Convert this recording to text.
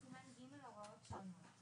עד "הוראות שונות".